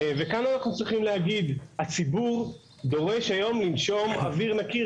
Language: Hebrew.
וכאן אנחנו צריכים להגיד: הציבור דורש היום לנשום אוויר נקי.